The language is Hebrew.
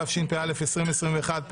התשפ"א-2021,